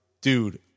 dude